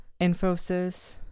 Infosys